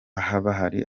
hari